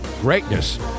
greatness